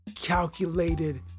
calculated